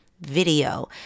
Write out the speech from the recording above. video